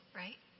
right